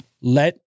let